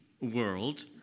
world